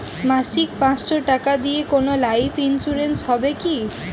মাসিক পাঁচশো টাকা দিয়ে কোনো লাইফ ইন্সুরেন্স হবে কি?